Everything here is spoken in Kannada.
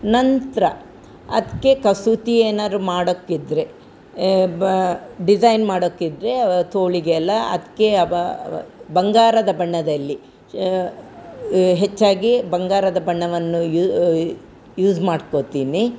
ನಂತರ ಅದಕ್ಕೆ ಕಸೂತಿ ಏನಾರು ಮಾಡಕ್ಕಿದ್ದರೆ ಡಿಸೈನ್ ಮಾಡೋಕ್ಕಿದ್ದರೆ ತೋಳಿಗೆ ಎಲ್ಲ ಅದಕ್ಕೆ ಅವಾ ಅವ ಬಂಗಾರದ ಬಣ್ಣದಲ್ಲಿ ಹೆಚ್ಚಾಗಿ ಬಂಗಾರದ ಬಣ್ಣವನ್ನು ಯೂ ಯೂಸ್ ಮಾಡ್ಕೊತೀನಿ